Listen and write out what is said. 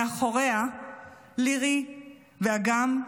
מאחוריה לירי ואגם.